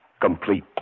complete